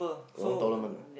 got no tournament ah